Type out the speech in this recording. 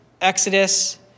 Exodus